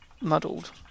muddled